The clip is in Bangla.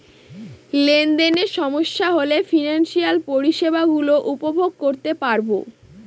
লেনদেনে সমস্যা হলে ফিনান্সিয়াল পরিষেবা গুলো উপভোগ করতে পারবো